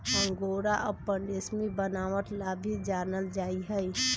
angora अपन रेशमी बनावट ला भी जानल जा हई